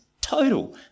total